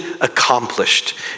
accomplished